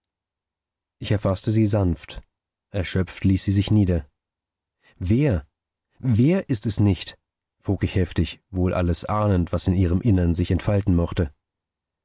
ich erfaßte sie sanft erschöpft ließ sie sich nieder wer wer ist es nicht frug ich heftig wohl alles ahnend was in ihrem innern sich entfalten mochte